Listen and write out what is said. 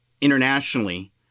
internationally